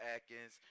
Atkins